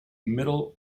middle